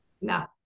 No